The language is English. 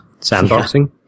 sandboxing